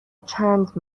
چند